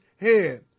head